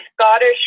Scottish